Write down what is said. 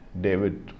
David